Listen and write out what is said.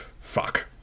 fuck